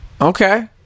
okay